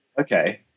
okay